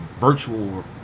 Virtual